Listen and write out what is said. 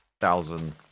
Thousand